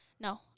No